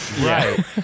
Right